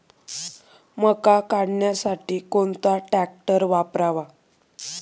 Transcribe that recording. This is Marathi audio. मका काढणीसाठी कोणता ट्रॅक्टर वापरावा?